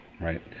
right